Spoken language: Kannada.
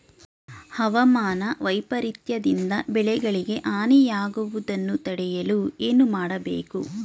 ಹವಾಮಾನ ವೈಪರಿತ್ಯ ದಿಂದ ಬೆಳೆಗಳಿಗೆ ಹಾನಿ ಯಾಗುವುದನ್ನು ತಡೆಯಲು ಏನು ಮಾಡಬೇಕು?